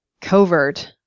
covert